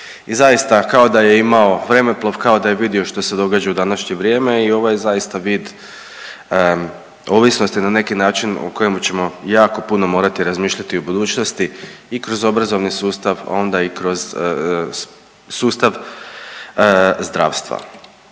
I zaista kao da je imao vremeplov, kao da je vidio što se događa u današnje vrijeme i ovo je zaista vid ovisnosti na neki način o kojemu ćemo jako puno morati razmišljati u budućnosti i kroz obrazovni sustav, onda i kroz sustav zdravstva.